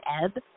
ebb